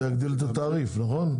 זה יגדיל את התעריף, נכון?